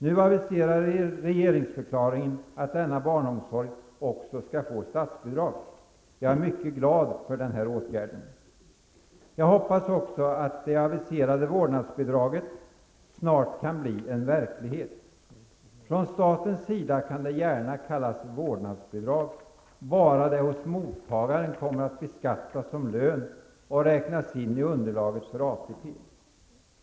Nu aviserar regeringen i regeringsförklaringen att denna barnomsorg också skall få statsbidrag. Jag är mycket glad för den åtgärden. Jag hoppas också att det aviserade vårdnadsbidraget snart kan bli en verklighet. Från statens sida kan det gärna kallas vårdnadsbidrag, bara det hos mottagaren kommer att beskattas som lön och räknas in i underlaget för ATP.